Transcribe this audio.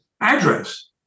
address